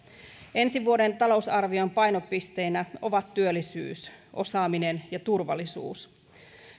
ensi vuoden talousarvion painopisteinä ovat työllisyys osaaminen ja turvallisuus